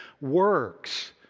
works